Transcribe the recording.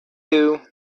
two